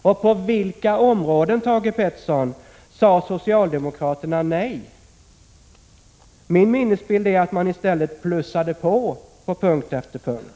Och på vilka områden, Thage Peterson, sade socialdemokraterna nej? Min minnesbild är att man i stället plussade på, på punkt efter punkt.